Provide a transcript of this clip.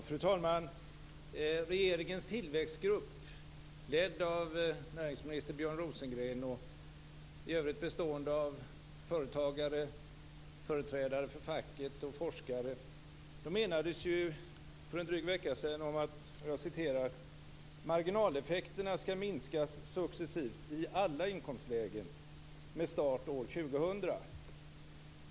Fru talman! Regeringens tillväxtgrupp, ledd av näringsminister Björn Rosengren och i övrigt bestående av företagare, företrädare för facket och forskare, enades för en dryg vecka sedan om att marginaleffekterna skall minskas successivt i alla inkomstlägen med start år 2000.